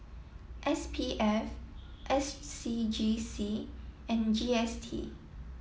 S P F S C G C and G S T